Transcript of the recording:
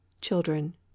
Children